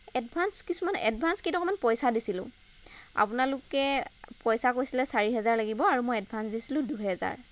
advance কিছুমান advance কেইটকামান পইচা দিছিলোঁ আপোনালোকে পইচা কৈছিলে চাৰি হাজাৰ লাগিব আৰু মই এডভাঞ্চ দিছিলোঁ দুই হাজাৰ